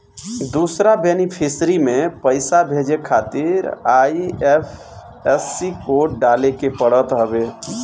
दूसरा बेनिफिसरी में पईसा भेजे खातिर आई.एफ.एस.सी कोड डाले के पड़त हवे